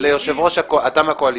אתה מהקואליציה,